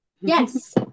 Yes